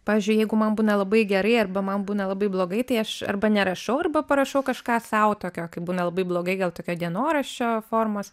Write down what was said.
pavyzdžiui jeigu man būna labai gerai arba man būna labai blogai tai aš arba nerašau arba parašau kažką sau tokio kai būna labai blogai gal tokio dienoraščio formos